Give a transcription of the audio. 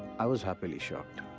i was happily shocked.